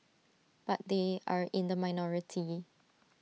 but they are in the minority